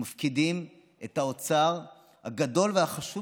אנחנו מפקידים את האוצר הגדול והחשוב